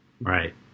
Right